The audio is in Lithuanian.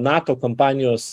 nato kompanijos